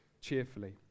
cheerfully